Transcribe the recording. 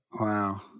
Wow